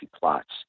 plots